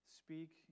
speak